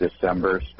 December